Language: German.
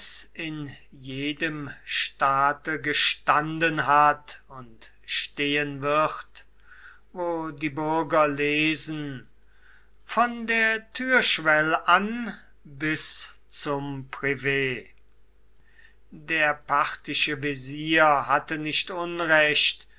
in jedem staate gestanden hat und stehen wird wo die bürger lesen von der türschwell an bis zum privet der parthische wesir hatte nicht unrecht